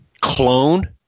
Clone